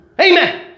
Amen